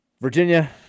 Virginia